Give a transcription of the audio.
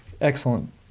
Excellent